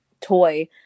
toy